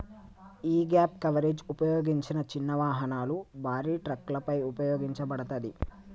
యీ gap coverage ఉపయోగించిన చిన్న వాహనాలు, భారీ ట్రక్కులపై ఉపయోగించబడతాది